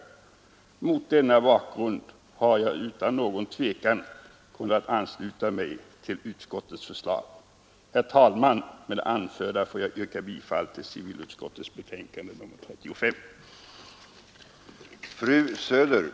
Mot denna bakgrund har jag utan någon tvekan kunnat ansluta mig till utskottets förslag. Herr talman! Med det anförda får jag yrka bifall till civilutskottets hemställan i utskottets betänkande nr 35.